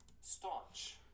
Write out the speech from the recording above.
Staunch